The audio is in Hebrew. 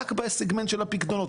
רק בסגמנט של הפיקדונות,